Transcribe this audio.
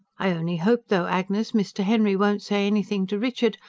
i only hope though, agnes, mr. henry won't say anything to richard.